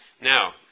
Now